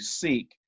seek